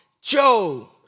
Joe